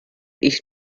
ich